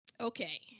okay